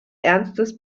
ernstes